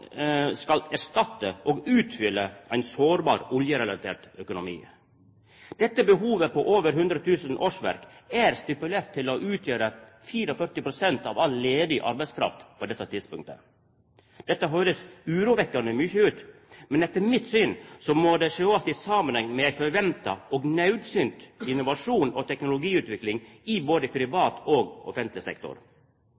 skal erstatta og utfylla ein sårbar oljerelatert økonomi. Dette behovet på over 100 000 årsverk er stipulert til å utgjera 44 pst. av all ledig arbeidskraft på dette tidspunktet. Dette høyrest urovekkjande mykje ut, men etter mitt syn må det sjåast i samanheng med ein forventa og naudsynt innovasjon og teknologiutvikling i både